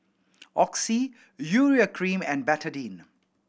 Oxy Urea Cream and Betadine